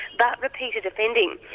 but repeated offending.